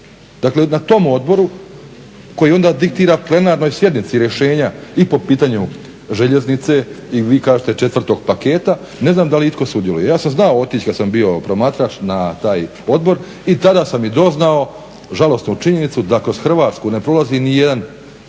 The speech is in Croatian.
Dakle, na tom odboru koji onda diktira plenarnoj sjednici rješenja i po pitanju željeznice i vi kažete 4.paketa ne znam da li itko sudjeluje. Ja sam znao otići kada sam bio promatrač na taj odbor i tada sam i doznao žalosnu činjenicu da kroz Hrvatsku ne prolazi nijedan